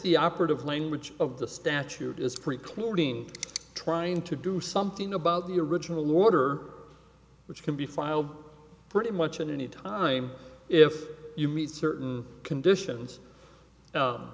the operative language of the statute is preclude ng trying to do something about the original order which can be filed pretty much at any time if you meet certain conditions